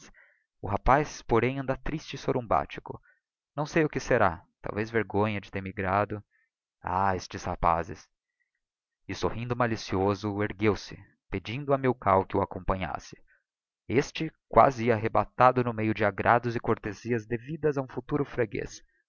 o rapaz porém anda triste e sorumbático não sei o que será talvez vergonha de ter immigrado ah estes rapazes e sorrindo malicioso ergueu-se pedindo a milkau que o acompanhasse este quasi ia arrebatado no meio de agrados e cortezias devidas a um futuro freguez